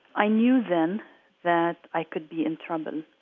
i knew then that i could be in trouble.